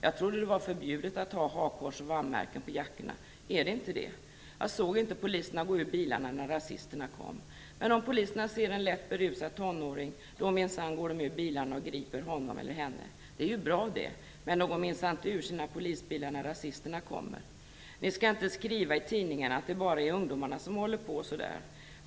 Jag trodde det var förbjudet att ha hakkors och VAM-märken på jackorna. Är det inte det? Jag såg inte poliserna gå ur bilarna när rasisterna kom. Men om poliserna ser en lätt berusad tonåring, då minsann går de ur bilarna och griper honom eller henne. Och det är ju bra. Men de går minsann inte ur sina polisbilar när rasisterna kommer. Ni skall inte skriva i tidningarna att det bara är ungdomarna som håller på så där.